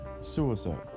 suicide